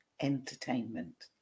entertainment